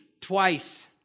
twice